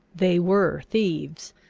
they were thieves.